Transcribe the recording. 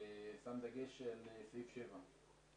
אני שם דגש על סעיף 7,